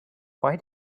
why